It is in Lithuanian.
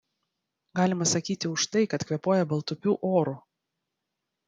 galima sakyti už tai kad kvėpuoja baltupių oru